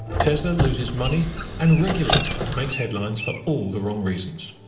tesla loses money and regularly makes headlines for all the wrong reasons.